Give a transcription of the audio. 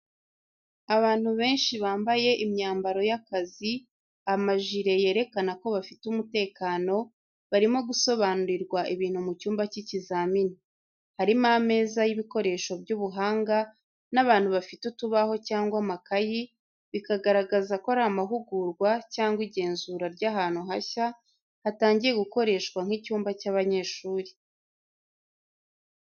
Abantu benshi bambaye imyambaro y'akazi amajire yerekana ko bafite umutekano, barimo gusobanurirwa ibintu mu cyumba cy’ikizamini. Harimo ameza y’ibikoresho by'ubuhanga n’abantu bafite utubaho cyangwa amakayi, bikagaragaza ko ari amahugurwa cyangwa igenzura ry’ahantu hashya hatangiye gukoreshwa nk’icyumba cy’abanyeshuri.